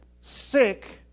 sick